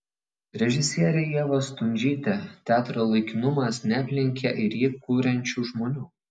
režisierė ieva stundžytė teatro laikinumas neaplenkia ir jį kuriančių žmonių